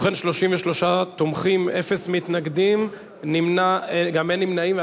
ובכן, 33 תומכים, אפס מתנגדים, גם אין נמנעים.